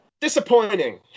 Disappointing